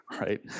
right